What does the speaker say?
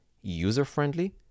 user-friendly